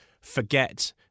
forget